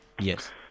Yes